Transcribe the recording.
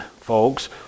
folks